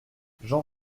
jean